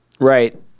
right